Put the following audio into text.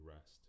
rest